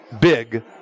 big